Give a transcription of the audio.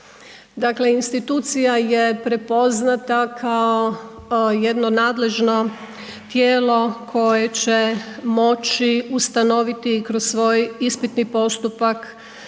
institucija je prepoznata kao jedno nadležno tijelo koje će moći ustanoviti kroz svoj ispitni postupak